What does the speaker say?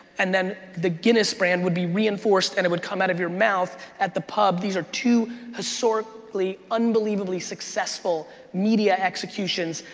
and then the guinness brand would be reinforced and it would come out of your mouth at the pub. these are two historically unbelievably successful media executions.